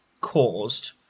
caused